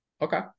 Okay